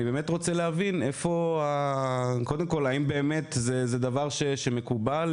אני רוצה להבין האם זה באמת דבר מקובל,